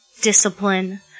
discipline